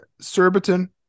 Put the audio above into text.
Surbiton